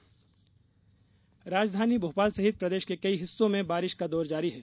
मौसम राजधानी भोपाल सहित प्रदेश के कई हिस्सों में बारिश का दौर जारी है